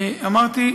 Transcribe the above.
כפי שאמרתי,